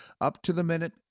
up-to-the-minute